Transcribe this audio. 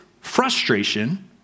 frustration